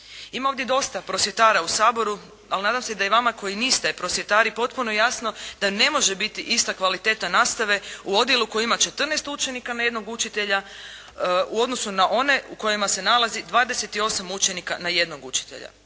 Ima ovdje dosta prosvjetara u Saboru, ali nadam se da i vama koji niste prosvjetari potpuno jasno da ne može biti ista kvaliteta nastave u odjelu koji ima 14 učenika na jednog učitelja u odnosu na one u kojima se nalazi 28 učenika na jednog učitelja.